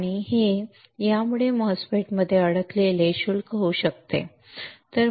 आणि हे किंवा यामुळे MOSFET मध्ये अडकलेले शुल्क होऊ शकते